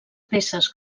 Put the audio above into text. peces